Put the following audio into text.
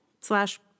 slash